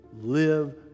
Live